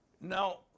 Now